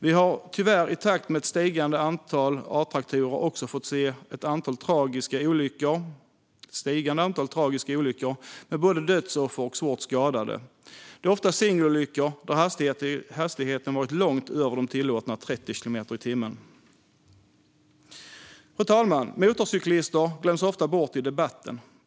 Vi har i takt med ett stigande antal A-traktorer tyvärr också sett ett ökat antal tragiska olyckor med både dödsoffer och svårt skadade. Det handlar oftast i singelolyckor där hastigheten varit långt över de tillåtna 30 kilometer i timmen. Fru talman! Motorcyklister glöms ofta bort i debatten.